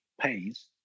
pays